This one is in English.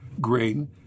grain